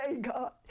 God